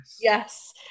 Yes